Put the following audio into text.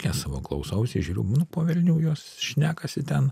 ke savo klausausi žiūriu nu po velnių jos šnekasi ten